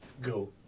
go